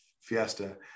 Fiesta